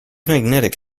magnetic